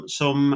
som